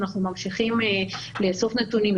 אנחנו ממשיכים לאסוף נתונים,